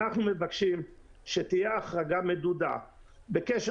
אנחנו מבקשים שתהיה החרגה מדודה בקשר